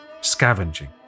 scavenging